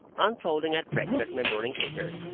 unfolding at breakfast my morning paper,